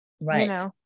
Right